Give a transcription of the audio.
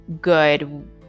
good